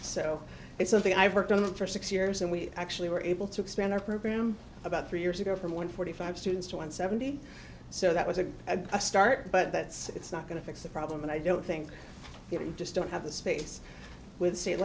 so it's something i've worked on them for six years and we actually were able to expand our program about three years ago from one forty five students to one seventy so that was a start but that's it's not going to fix the problem and i don't think getting don't have the space with st